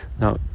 Now